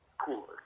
cool